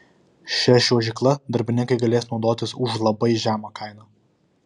šia čiuožykla darbininkai galės naudotis už labai žemą kainą